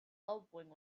elbowing